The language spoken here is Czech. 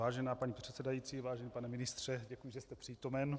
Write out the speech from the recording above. Vážená paní předsedající, vážený pane ministře, děkuji, že jste přítomen.